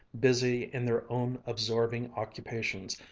busy in their own absorbing occupations,